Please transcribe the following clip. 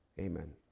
Amen